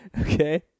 Okay